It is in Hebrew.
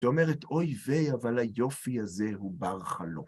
היא אומרת, אוי ווי, אבל היופי הזה הוא בר חלום.